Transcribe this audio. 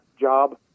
job